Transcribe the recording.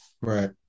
Right